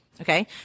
okay